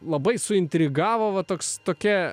labai suintrigavo va toks tokia